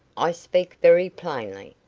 i speak very plainly,